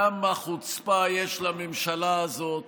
כמה חוצפה יש לממשלה הזאת